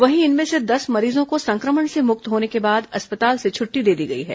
वहीं इनमें से दस मरीजों को संक्रमण से मुक्त होने के बाद अस्पताल से छुट्टी दे दी गई है